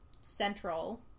central